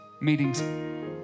meetings